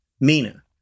Mina